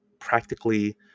practically